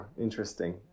Interesting